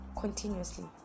continuously